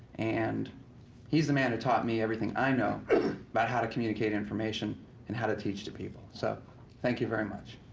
and he's the man who taught me everything i know about how to communicate information and how to teach to people. so thank you very much.